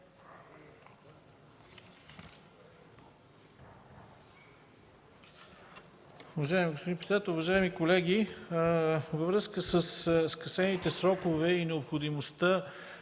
Уважаеми господин председател, уважаеми колеги, във връзка със скъсените срокове и необходимостта